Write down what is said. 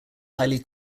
highly